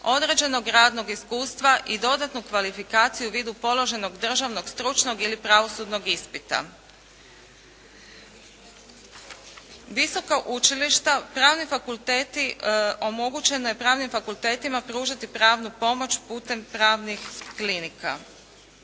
određenog radnog iskustva i dodatnu kvalifikaciju u vidu položenog državnog, stručnog ili pravosudnog ispita. Visoka učilišta, pravni fakulteti, omogućeno je pravnim fakultetima pružati pravnu pomoć putem pravnih klinika.